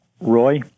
Roy